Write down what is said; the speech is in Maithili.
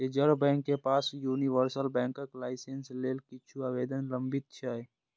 रिजर्व बैंक के पास यूनिवर्सल बैंकक लाइसेंस लेल किछु आवेदन लंबित छै